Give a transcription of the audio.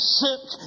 sick